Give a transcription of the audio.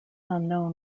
unknown